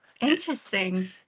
Interesting